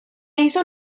hizo